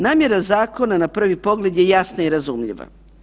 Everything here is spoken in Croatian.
Namjera zakona na prvi pogled je jasna i razumljiva.